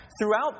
throughout